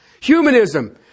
Humanism